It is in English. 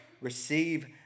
receive